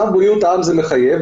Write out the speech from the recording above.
צו בריאות העם מחייב,